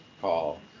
call